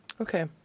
Okay